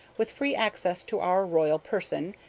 with free access to our royal person,